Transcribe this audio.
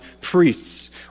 priests